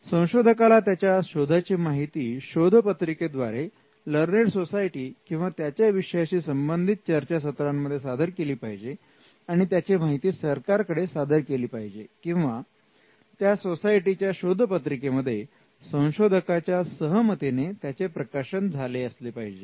संशोधकाला त्याच्या शोधाची माहिती शोधपत्रिके द्वारे लर्नेड सोसायटी किंवा त्याच्या विषयाशी संबंधित चर्चासत्रांमध्ये सादर केली पाहिजे आणि त्याची माहिती सरकारकडे सादर केली पाहिजे किंवा त्या सोसायटीच्या शोध पत्रिकेमध्ये संशोधकाच्या सहमतीने त्याचे प्रकाशन झाले असले पाहिजे